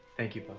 thank you papa.